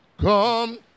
come